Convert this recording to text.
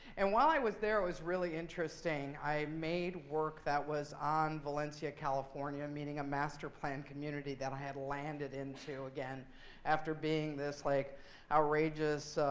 and while i was there, it was really interesting. i made work that was on valencia california, meaning a master plan community that i had landed into again after being this like outrageous